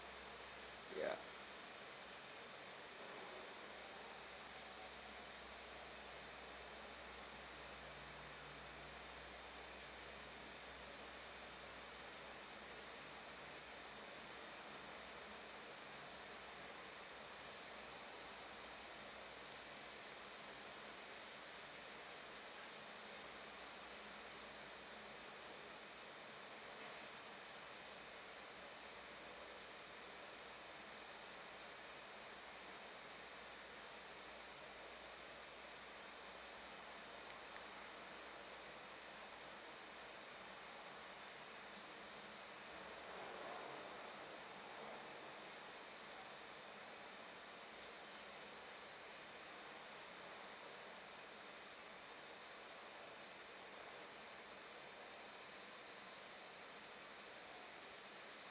yeah